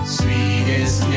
sweetest